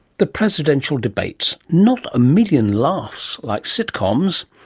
the presidential debates not a million laughs like sitcoms,